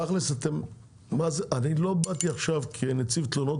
תכלס אני לא באתי עכשיו כנציב תלונות